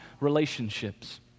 relationships